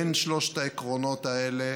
בין שלושת העקרונות האלה